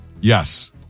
Yes